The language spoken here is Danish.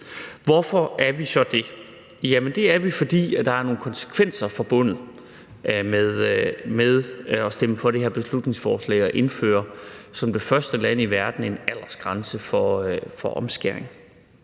Hvorfor er vi så det? Det er vi, fordi der er nogle konsekvenser forbundet med at stemme for det her beslutningsforslag om som det første land i verden at indføre en aldersgrænse for omskæring.